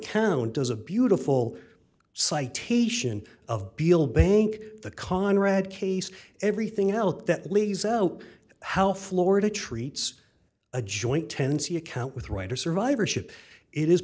mccown does a beautiful citation of beal bank the conrad case everything else that lays out how florida treats a joint tenancy account with writer survivorship it is